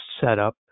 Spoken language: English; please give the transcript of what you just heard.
setup